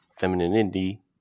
femininity